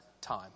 time